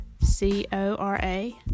c-o-r-a